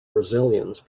brazilians